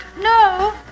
No